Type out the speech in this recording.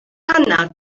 anad